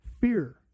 fear